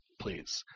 please